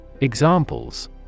Examples